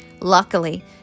Luckily